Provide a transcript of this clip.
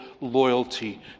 loyalty